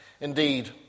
Indeed